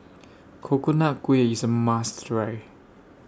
Coconut Kuih IS A must Try